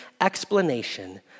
explanation